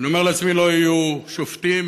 אני אומר לעצמי: לא יהיו שופטים,